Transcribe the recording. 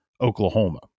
Oklahoma